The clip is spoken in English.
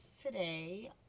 today